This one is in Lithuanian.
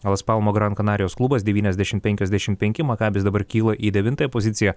las palmo gran kanarijos klubas devyniasdešim penkiasdešim penki makabis dabar kyla į devintąją poziciją